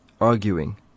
arguing